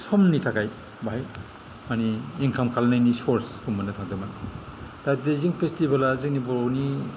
समनि थाखाय बाहाय माने इनकाम खालामनायनि सर्सखौ मोननो थांदोंमोन दा दैजिं फेस्टिभेला जोंनि बर'नि